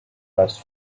best